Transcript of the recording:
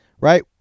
right